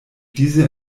diese